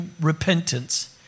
repentance